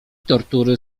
tortury